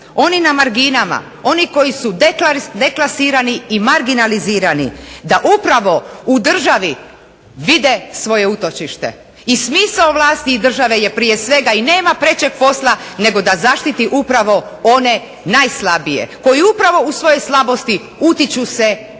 oni na marginama, oni koji su deklasirani i marginalizirani da upravo u državi vide svoje utočište i smisao vlasti i države je prije svega, nema prečeg posla nego da zaštiti one najslabije koji upravo u svojoj slabosti utiču se njoj.